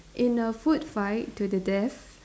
in a food fight to the death